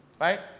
Right